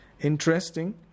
interesting